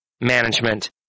management